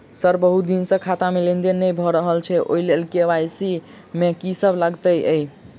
Sir बहुत दिन सऽ खाता मे लेनदेन नै भऽ रहल छैय ओई लेल के.वाई.सी मे की सब लागति ई?